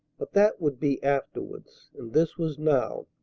but that would be afterwards, and this was now!